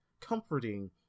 comforting